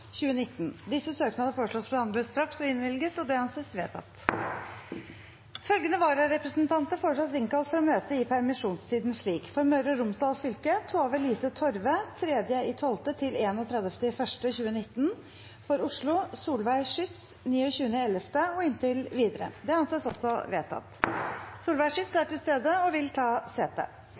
2019 Etter forslag fra presidenten ble enstemmig besluttet: Søknadene behandles straks og innvilges. Følgende vararepresentanter innkalles for å møte i permisjonstiden: For Møre og Romsdal fylke: Tove-Lise Torve 3. desember–31. januar 2019 For Akershus: Solveig Schytz 29. november – inntil videre Solveig Schytz er til stede og vil ta sete.